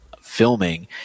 filming